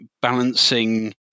balancing